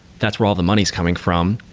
that's where all the money is coming from,